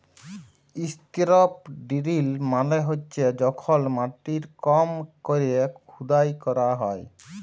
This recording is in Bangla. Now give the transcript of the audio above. ইসতিরপ ডিরিল মালে হছে যখল মাটির কম ক্যরে খুদাই ক্যরা হ্যয়